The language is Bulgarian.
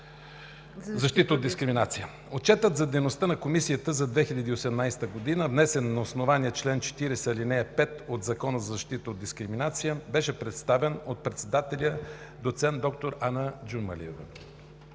защита от дискриминация. Отчетът за дейността на Комисията за 2018 г., внесен на основание чл. 40, ал. 5 от Закона за защита от дискриминация, беше представен от председателя – доцент доктор Ана Джумалиева.